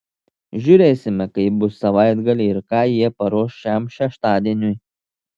žiūrėsime kaip bus savaitgalį ir ką jie paruoš šiam šeštadieniui